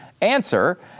answer